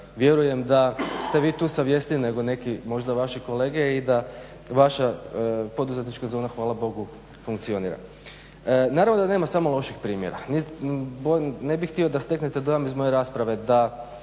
Vjerujem da ste vi tu savjesniji nego neki možda vaši kolege i da vaša poduzetnička zona hvala Bogu funkcionira. Naravno da nema samo loših primjera. Ne bih htio da steknete dojam iz moje rasprave da